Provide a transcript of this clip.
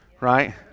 right